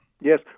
Yes